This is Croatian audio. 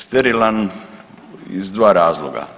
Sterilan iz dva razloga.